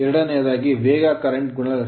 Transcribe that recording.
ಎರಡನೆಯದಾಗಿ ವೇಗ current current ಗುಣಲಕ್ಷಣ